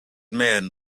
man